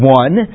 one